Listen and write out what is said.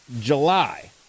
July